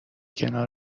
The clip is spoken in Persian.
کنار